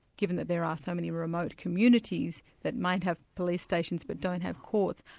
given that there are so many remote communities that might have police stations, but don't have courts,